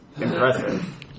impressive